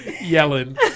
Yelling